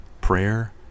prayer